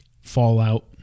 Fallout